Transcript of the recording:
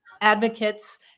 advocates